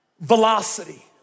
velocity